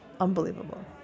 Unbelievable